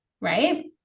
right